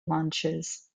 launches